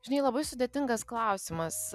žinai labai sudėtingas klausimas